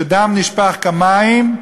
שדם נשפך כמים,